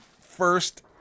first